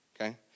Okay